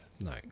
no